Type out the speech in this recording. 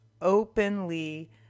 openly